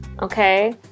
Okay